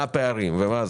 מה הפערים וכולי.